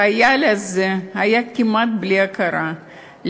החייל הזה היה כמעט בלי הכרה.